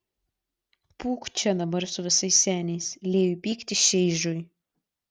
pūk čia dabar su visais seniais lieju pyktį šeižiui